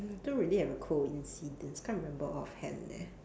don't really have a coincidence can't remember off hand leh